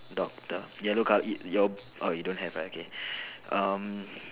doctor yellow colour y~ your oh you don't have right okay um